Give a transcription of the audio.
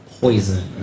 poison